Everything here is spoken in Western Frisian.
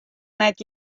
net